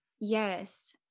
Yes